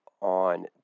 on